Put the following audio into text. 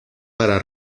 para